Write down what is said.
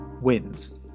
wins